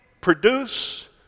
produce